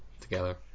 together